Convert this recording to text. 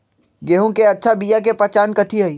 गेंहू के अच्छा बिया के पहचान कथि हई?